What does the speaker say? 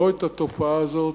לא את התופעה הזאת,